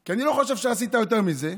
כי אני לא חושב שעשית יותר מזה.